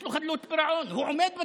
יש לו חדלות פירעון, הוא עומד בתשלומים.